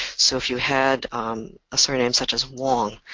so if you had a surname such as wong,